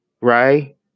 right